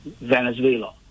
Venezuela